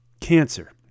cancer